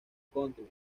country